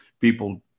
people